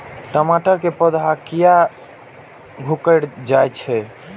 टमाटर के पौधा किया घुकर जायछे?